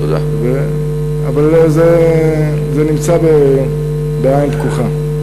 אבל זה נמצא בעין פקוחה.